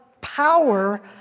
power